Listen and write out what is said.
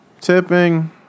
tipping